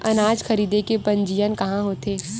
अनाज खरीदे के पंजीयन कहां होथे?